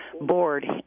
board